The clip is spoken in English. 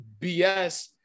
BS